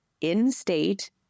in-state